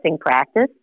practice